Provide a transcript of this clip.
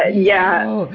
ah yeah,